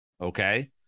okay